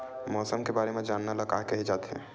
मौसम के बारे म जानना ल का कहे जाथे?